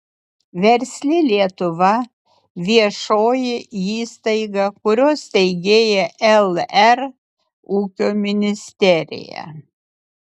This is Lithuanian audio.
versli lietuva viešoji įstaiga kurios steigėja lr ūkio ministerija